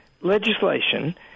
legislation